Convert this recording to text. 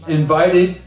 invited